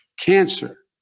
cancer